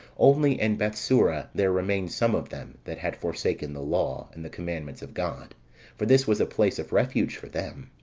only in bethsura there remained some of them, that had forsaken the law, and the commandments of god for this was a place of refuge for them.